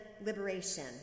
Liberation